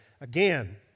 again